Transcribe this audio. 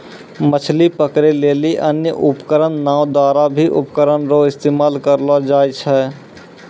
मछली पकड़ै लेली अन्य उपकरण नांव द्वारा भी उपकरण रो इस्तेमाल करलो जाय छै